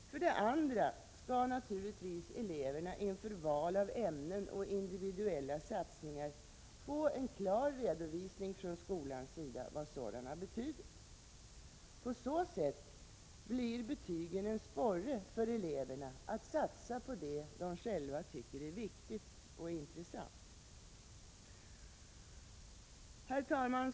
För det andra skall naturligtvis eleverna inför val av ämnen och individuella satsningar få en klar redovisning från skolan vad dessa betyder. På så vis blir betygen en sporre för eleverna att satsa på det de själva tycker är viktigt och intressant. Herr talman!